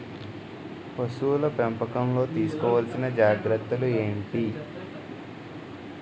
పశువుల పెంపకంలో తీసుకోవల్సిన జాగ్రత్తలు ఏంటి?